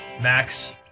Max